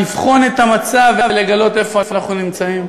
לבחון את המצב ולגלות איפה אנחנו נמצאים.